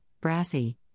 brassy